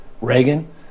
Reagan